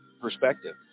perspective